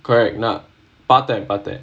correct not பார்த்தேன் பார்த்தேன்:paarthaen paarthaen